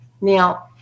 Now